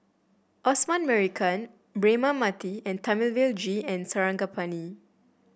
Osman Merican Braema Mathi and Thamizhavel G Sarangapani